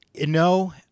No